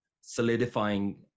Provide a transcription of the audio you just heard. solidifying